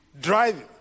driving